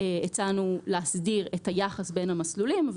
הצענו להסדיר את היחס בין המסלולים,